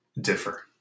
differ